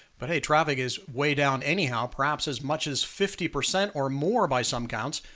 but hey, traffic is way down anyhow, perhaps as much as fifty percent or more by some counts,